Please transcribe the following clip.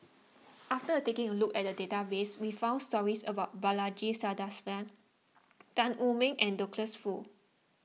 after taking a look at the database we found stories about Balaji Sadasivan Tan Wu Meng and Douglas Foo